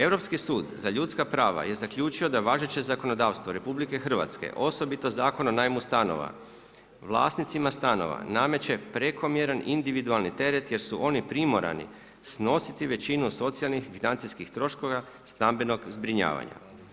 Europski sud za ljudska prava je zaključio da važeće zakonodavstvo RH osobito Zakon o najmu stanova vlasnicima stanova nameće prekomjeran individualni teret jer su oni primorani snositi većinu socijalnih financijskih troškova stambenog zbrinjavanja.